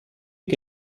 che